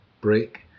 break